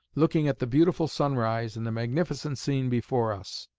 looking at the beautiful sunrise and the magnificent scene before us.